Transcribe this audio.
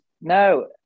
No